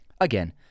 again